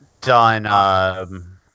done